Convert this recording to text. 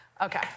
Okay